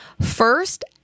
first